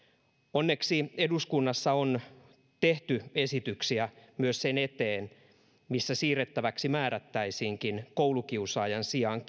onneksi eduskunnassa on tehty esityksiä myös sen eteen että siirrettäväksi määrättäisiinkin koulukiusatun sijaan